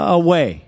away